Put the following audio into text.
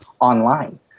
online